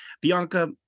bianca